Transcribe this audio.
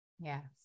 Yes